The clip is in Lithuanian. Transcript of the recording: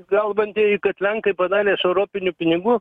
kalbantieji kad lenkai padarė iš europinių pinigų